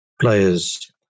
players